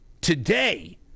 today